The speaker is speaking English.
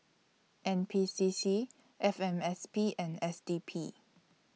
N P C C F M S P and S D P